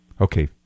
Okay